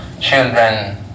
Children